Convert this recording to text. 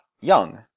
young